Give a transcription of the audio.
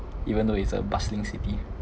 even though it's a bustling city